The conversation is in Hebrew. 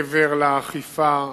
מעבר לאכיפה,